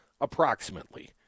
approximately